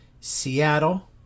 Seattle